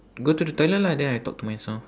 go to the toilet lah then I talk to myself